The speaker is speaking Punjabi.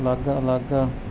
ਅਲੱਗ ਅਲੱਗ